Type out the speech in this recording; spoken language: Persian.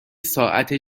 ساعت